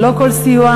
ללא כל סיוע,